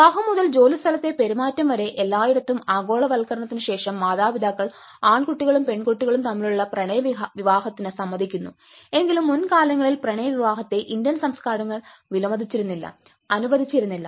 വിവാഹം മുതൽ ജോലിസ്ഥലത്തെ പെരുമാറ്റം വരെ എല്ലായിടത്തും ആഗോളവൽക്കരണത്തിനുശേഷം മാതാപിതാക്കൾ ആൺകുട്ടികളും പെൺകുട്ടികളും തമ്മിലുള്ള പ്രണയ വിവാഹത്തിന് സമ്മതിക്കുന്നു എങ്കിലും മുൻകാലങ്ങളിൽ പ്രണയ വിവാഹത്തെ ഇന്ത്യൻ സംസ്കാരങ്ങൾ വിലമതിച്ചിരുന്നില്ല അനുവദിച്ചിരുന്നില്ല